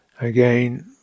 again